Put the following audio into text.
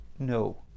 No